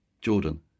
Jordan